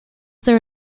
there